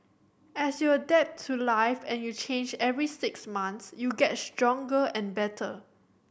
as you adapt to life and you change every six months you get stronger and better